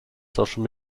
social